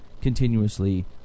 continuously